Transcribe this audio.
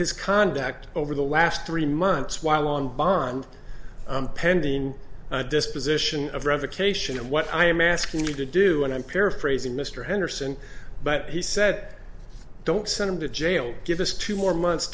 his conduct over the last three months while on bond pending disposition of revocation and what i am asking you to do and i'm paraphrasing mr henderson but he said don't send him to jail give us two more months